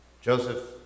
Joseph